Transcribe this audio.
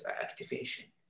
activation